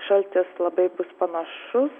šaltis labai bus panašus